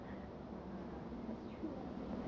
ah that's true ah